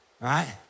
right